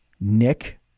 Nick